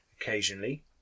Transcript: occasionally